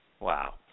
Wow